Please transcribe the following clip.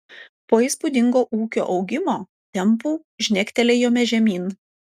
po įspūdingo ūkio augimo tempų žnektelėjome žemyn